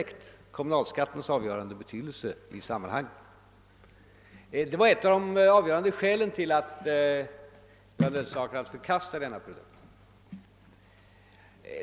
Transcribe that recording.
Ni uppmärksammade då inte kommunalskattens avgörande betydelse i sammanhanget, och det var ett av de avgörande skälen till att vi nödsakades förkasta skatteberdningens produkt.